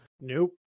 Nope